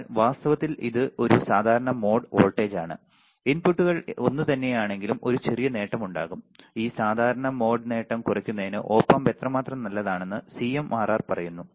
എന്നാൽ വാസ്തവത്തിൽ ഇത് ഒരു സാധാരണ മോഡ് വോൾട്ടേജാണ് ഇൻപുട്ടുകൾ ഒന്നുതന്നെയാണെങ്കിലും ഒരു ചെറിയ നേട്ടം ഉണ്ടാകും ഈ സാധാരണ മോഡ് നേട്ടം കുറയ്ക്കുന്നതിന് ഒപ് ആമ്പ് എത്രമാത്രം നല്ലതാണെന്ന് സിഎംആർആർ പറയുന്നു